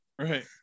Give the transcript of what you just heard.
Right